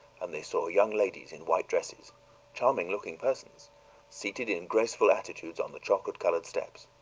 and they saw young ladies in white dresses charming-looking persons seated in graceful attitudes on the chocolate-colored steps.